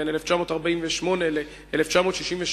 בין 1948 ל-1967,